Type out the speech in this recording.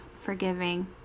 forgiving